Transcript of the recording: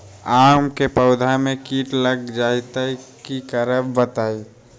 आम क पौधा म कीट लग जई त की करब बताई?